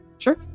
Sure